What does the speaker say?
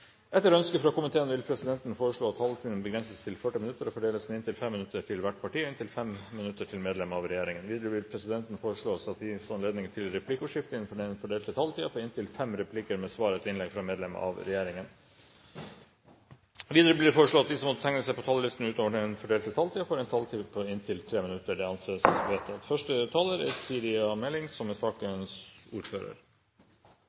Etter ønske fra energi- og miljøkomiteen vil presidenten foreslå at taletiden begrenses til 40 minutter og fordeles med inntil 5 minutter til hvert parti og inntil 5 minutter til medlem av regjeringen. Videre vil presidenten foreslå at det gis anledning til replikkordskifte på inntil fem replikker med svar etter innlegg fra medlem av regjeringen innenfor den fordelte taletid. Videre blir det foreslått at de som måtte tegne seg på talerlisten utover den fordelte taletid, får en taletid på inntil 3 minutter. – Det anses vedtatt.